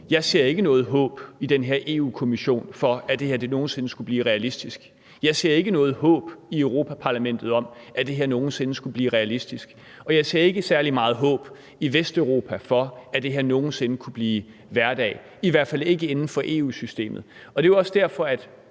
Jeg ser ikke noget håb i den her Europa-Kommission for, at det her nogen sinde skulle blive realistisk. Jeg ser ikke noget håb i Europa-Parlamentet om, at det her nogen sinde skulle blive realistisk. Og jeg ser ikke særlig meget håb i Vesteuropa for, at det her nogen sinde kunne blive hverdag – i hvert fald ikke inden for EU-systemet. Og det er jo også derfor, at